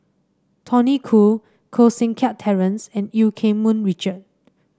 Tony Khoo Koh Seng Kiat Terence and Eu Keng Mun Richard